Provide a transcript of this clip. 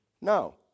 No